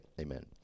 amen